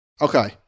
Okay